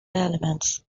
elements